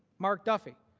mark duffy,